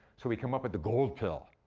so we come up with the gold pill.